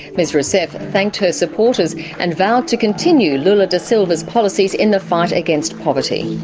ms rousseff thanked her supporters and vowed to continue lula da silva's policies in the fight against poverty.